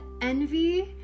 envy